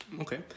Okay